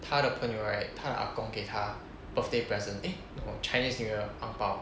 他的朋友 right 他的阿公给他 birthday present eh no chinese new year ang pao